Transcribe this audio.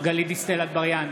גלית דיסטל אטבריאן,